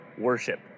worship